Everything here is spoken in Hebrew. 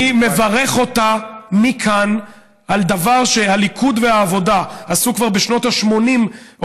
אני מברך אותה מכאן על דבר שהליכוד והעבודה עשו כבר בשנות ה-80,